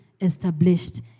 established